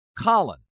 Colin